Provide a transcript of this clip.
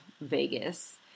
Vegas